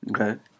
Okay